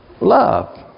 love